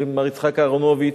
של מר יצחק אהרונוביץ,